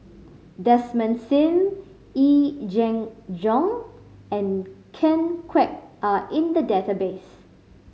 Desmond Sim Yee Jenn Jong and Ken Kwek are in the database